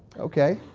okay.